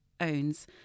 owns